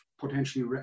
potentially